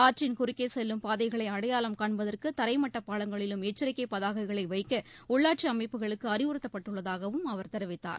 ஆற்றின் குறுக்கே செல்லும் பாதைகளை அடையாளம் காண்பதற்கு தரை மட்டப்பாலங்களிலும் எச்சரிக்கை பதாகைகளை வைக்க உள்ளாட்சி அமைப்புகளுக்கு அறிவுறுத்தப்பட்டுள்ளதாகவும் அவர் தெரிவித்தார்